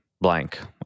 blank